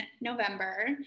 November